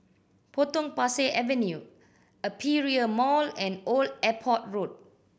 Potong Pasir Avenue Aperia Mall and Old Airport Road